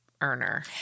earner